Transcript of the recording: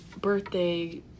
birthday